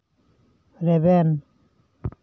ᱨᱮᱵᱮᱱ